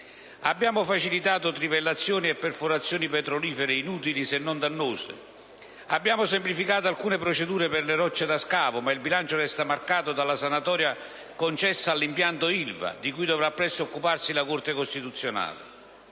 Abbiamo facilitato trivellazioni e perforazioni petrolifere inutili se non dannose, abbiamo semplificato alcune procedure per le rocce da scavo, ma il bilancio resta marcato dalla sanatoria concessa all'impianto ILVA, di cui dovrà presto occuparsi la Corte costituzionale.